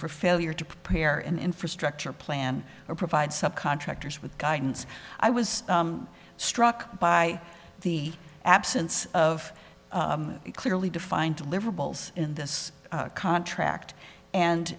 for failure to prepare an infrastructure plan or provide subcontractors with guidance i was struck by the absence of clearly defined deliverables in this contract